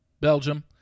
Belgium